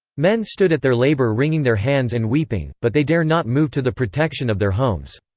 men stood at their labor wringing their hands and weeping, but they dare not move to the protection of their homes.